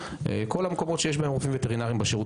כל המקומות שיש בהם רופאים וטרינרים בשירות